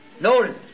Notice